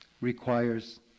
requires